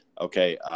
Okay